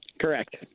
correct